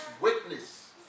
witness